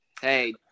Hey